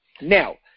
Now